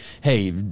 hey